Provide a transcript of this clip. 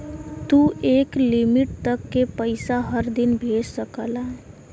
तू एक लिमिट तक के पइसा हर दिन भेज सकला